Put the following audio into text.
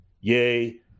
Yea